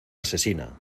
asesina